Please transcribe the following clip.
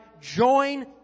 join